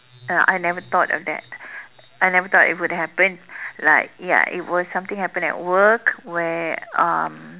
uh I never thought of that I never thought it would happen like ya it was something happened at work where um